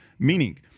Meaning